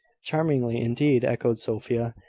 charmingly, indeed, echoed sophia.